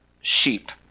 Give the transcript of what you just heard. sheep